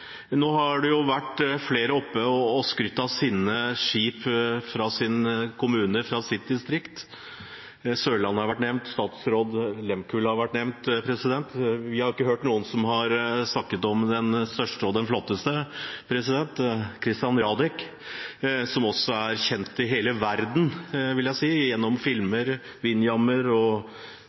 Nå har det vært flere oppe og skrytt av sine skip fra sin kommune og sitt distrikt. «Sørlandet» har vært nevnt, «Statsraad Lehmkuhl» har vært nevnt. Vi har ikke hørt noen som har snakket om den største og den flotteste, «Christian Radich», som er kjent i hele verden, vil jeg si, gjennom film, «Windjammer», og